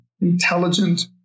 intelligent